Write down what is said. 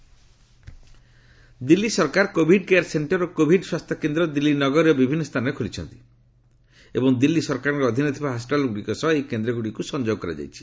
Delhi gov covid Delhi ସରକାର covid care centre ଓ covid ସ୍ୱାସ୍ଥ୍ୟକେନ୍ଦ୍ର ଦିଲ୍ଲୀ ନଗରୀର ବିଭିନ୍ନ ସ୍ଥାନରେ ଖୋଲିଛନ୍ତି ଏବଂ ଦିଲ୍ଲୀ ସରକାରଙ୍କ ଅଧୀନରେ ଥିବା ହସ୍କିଟାଲ୍ଗୁଡ଼ିକ ସହ ଏହି କେନ୍ଦ୍ରଗୁଡ଼ିକୁ ସଂଯୋଗ କରାଯାଇଛି